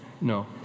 no